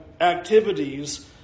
activities